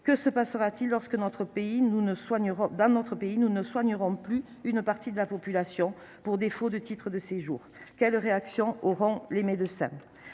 que se passera t il lorsque, dans notre pays, nous ne soignerons plus une partie de la population pour défaut de titre de séjour ? Quelle sera la réaction des médecins ?